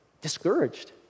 discouraged